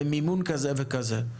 במימון כזה וכזה,